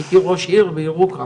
הייתי ראש עיר בירוחם,